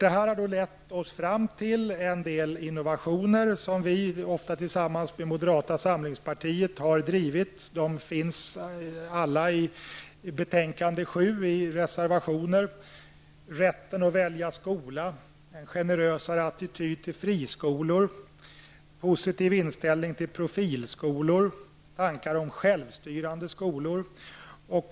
Detta har lett fram till en del innovationer som vi, ofta tillsammans med moderata samlingspartiet, har drivit. Dessa innovationer finns alla upptagna i reservationer i betänkande 7. Det gäller rätten att välja skola. En generösare attityd gentemot friskolor. En positiv inställning till profilskolor. Tankar om självstyrande skolor.